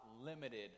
limited